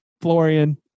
Florian